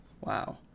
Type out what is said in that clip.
Wow